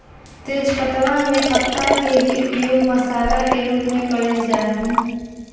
तेजपत्तवा में पत्ता के ही उपयोग मसाला के रूप में कइल जा हई